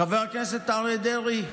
חבר הכנסת אריה דרעי,